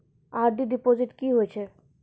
RD deposit की होय छै?